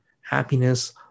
happiness